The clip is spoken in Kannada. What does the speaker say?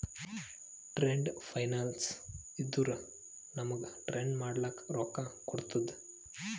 ಟ್ರೇಡ್ ಫೈನಾನ್ಸ್ ಇದ್ದುರ ನಮೂಗ್ ಟ್ರೇಡ್ ಮಾಡ್ಲಕ ರೊಕ್ಕಾ ಕೋಡ್ತುದ